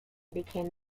became